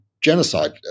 genocide